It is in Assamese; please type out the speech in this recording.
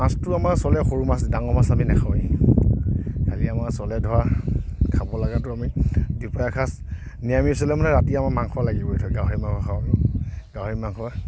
মাছটো আমাৰ চলে সৰু মাছ ডাঙৰ মাছ আমি নাখাওঁৱেই চলে ধৰা খাব লগাটো আমি দুপৰীয়া সাঁজ নিৰামিষ চলে মানে ৰাতি আমাক মাংস লাগিবই ধৰক গাহৰি মাংস খাওঁ আমি গাহৰি মাংস